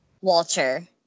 Walter